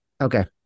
Okay